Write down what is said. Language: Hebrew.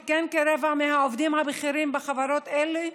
וכן כרבע מהעובדים הבכירים בחברות אלו.